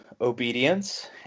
obedience